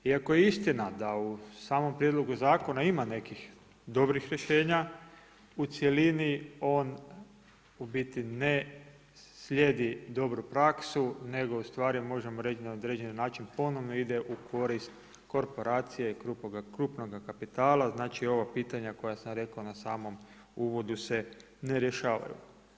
I ako je istina da u samom prijedlogu zakona ima nekih dobrih rješenja, u cjelini on u biti ne slijedi dobru praksu nego ustvari možemo reći na određen način ponovno ide u koristi korporacije i krupnoga kapitala, znači ova pitanja koja sam rekao na samom uvodu se ne rješavaju.